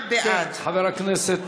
חבר הכנסת